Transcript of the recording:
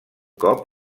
cop